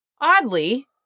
Oddly